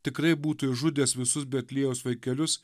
tikrai būtų išžudęs visus betliejaus vaikelius